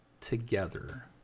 together